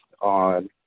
on